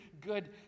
good